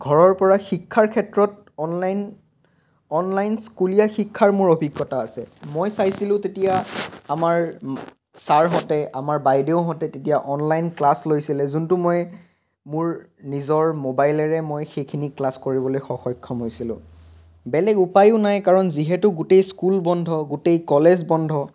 ঘৰৰ পৰা শিক্ষাৰ ক্ষেত্ৰত অনলাইন অনলাইন স্কুলীয়া শিক্ষাৰ মোৰ অভিজ্ঞতা আছে মই চাইছিলোঁ তেতিয়া আমাৰ ছাৰহঁতে আমাৰ বাইদেউহঁতে তেতিয়া অনলাইন ক্লাছ লৈছিলে যোনটো মই মোৰ নিজৰ মোবাইলেৰে মই সেইখিনি ক্লাছ কৰিবলৈ স সক্ষম হৈছিলোঁ বেলেগ উপায়ো নাই কাৰণ যিহেতু গোটেই স্কুল বন্ধ গোটেই কলেজ বন্ধ